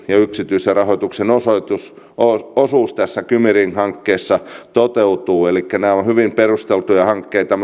ja yksityisen rahoituksen osuus kymi ring hankkeessa toteutuvat elikkä nämä ovat hyvin perusteltuja hankkeita